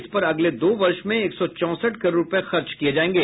इस पर अगले दो वर्ष में एक सौ चौसठ करोड़ रूपये खर्च किये जायेंगे